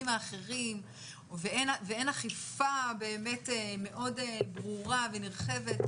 האחרים ואין אכיפה באמת מאוד ברורה ונרחבת,